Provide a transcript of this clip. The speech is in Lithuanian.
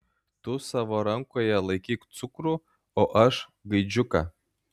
tu savo rankoje laikyk cukrų o aš gaidžiuką